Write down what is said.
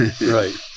Right